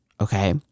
Okay